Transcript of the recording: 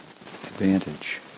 advantage